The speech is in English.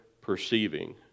perceiving